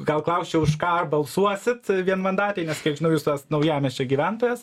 gal klausčiau už ką balsuosit vienmandatėj nes kiek žinau jūs esat naujamiesčio gyventojas